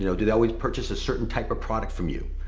you know do they always purchase a certain type of product from you?